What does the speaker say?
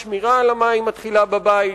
השמירה על המים מתחילה בבית.